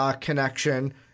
connection